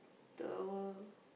tower